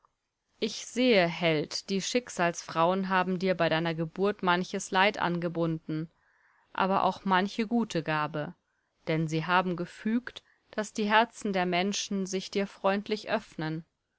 ich sehe held die schicksalsfrauen haben dir bei deiner geburt manches leid angebunden aber auch manche gute gabe denn sie haben gefügt daß die herzen der menschen sich dir freundlich öffnen